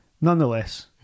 Nonetheless